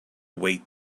wait